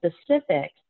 specific